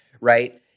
right